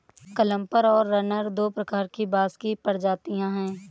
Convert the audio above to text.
clumper और runner दो प्रकार की बाँस की प्रजातियाँ हैं